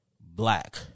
black